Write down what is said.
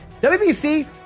WBC